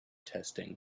testing